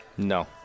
No